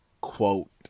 quote